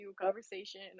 conversation